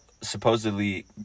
supposedly